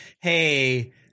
hey